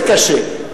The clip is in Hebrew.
זה קשה,